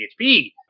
PHP